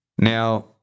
Now